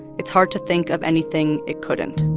it's hard to think of anything it couldn't